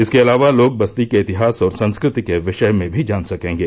इसके अलावा लोग बस्ती के इतिहास और संस्कृति के विषय में भी जान सकेंगे